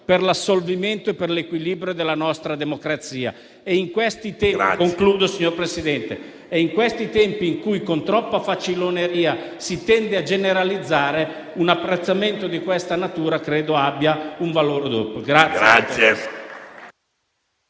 per l'assolvimento e per l'equilibrio della nostra democrazia. In questi tempi in cui con troppa faciloneria si tende a generalizzare, un apprezzamento di questa natura credo abbia un valore doppio.